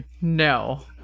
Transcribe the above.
No